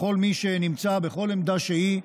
לכל מי שנמצא בכל עמדה שהיא,